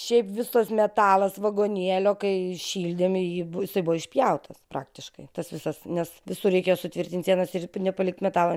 šiaip visas metalas vagonėlio kai šildėm jį jisai buvo išpjautas praktiškai tas visas nes visur reikėjo sutvirtint sienas ir nepalikt metalo